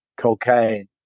cocaine